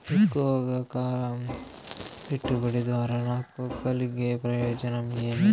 ఎక్కువగా కాలం పెట్టుబడి ద్వారా నాకు కలిగే ప్రయోజనం ఏమి?